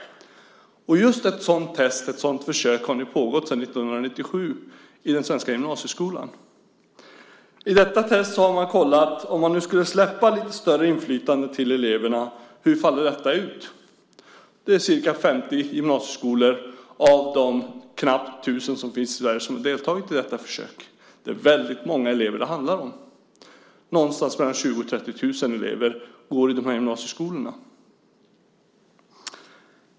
Just ett sådant test, ett sådant försök, har nu pågått sedan 1997 i den svenska gymnasieskolan. I detta test har man kollat hur det faller ut om man släpper lite större inflytande till eleverna. Det är ca 50 gymnasieskolor av de knappt 1 000 som finns i Sverige som deltagit i detta försök. Det är väldigt många elever det handlar om. Det är någonstans mellan 20 000-30 000 elever som går i gymnasieskolorna.